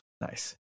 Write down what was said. Nice